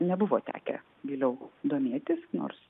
nebuvo tekę giliau domėtis nors